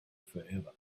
forever